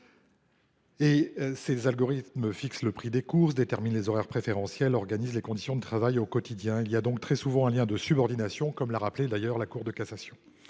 ces algorithmes fixent le prix des courses, déterminent les horaires préférentiels, organisent les conditions de travail au quotidien. Il y a donc très souvent un lien de subordination, comme l’a d’ailleurs rappelé la Cour de cassation.